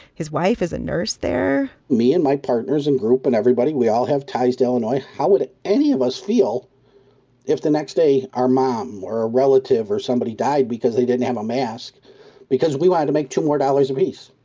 his wife is a nurse there me and my partners and group and everybody, we all have ties to illinois. how would any of us feel if the next day, our mom or a relative or somebody died because they didn't have a mask because we wanted to make two more dollars apiece?